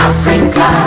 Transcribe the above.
Africa